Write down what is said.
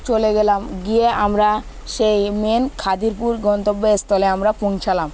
চলে গেলাম গিয়ে আমরা সেই মেন খিদিরপুর গন্তব্যস্থলে আমরা পৌঁছালাম